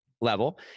level